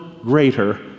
greater